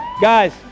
Guys